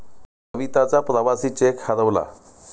सविताचा प्रवासी चेक हरवला